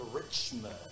Richmond